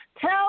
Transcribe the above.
Tell